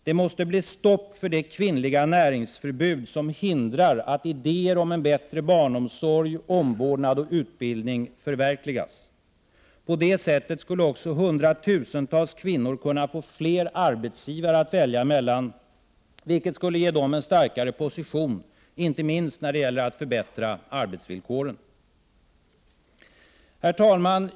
Det måste bli stopp för det kvinnliga näringsförbud som hindrar att idéer om en bättre barnomsorg, omvårdnad och utbildning förverkligas. På det sättet skulle också hundratusentals kvinnor kunna få fler arbetsgivare att välja mellan, vilket skulle ge dem en starkare position, inte minst när det gäller att förbättra arbetsvillkoren. Herr talman!